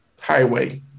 highway